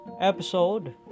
episode